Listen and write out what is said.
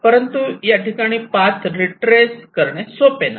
परंतु या ठिकाणी पाथ रीट्रेस करणे सोपे नाही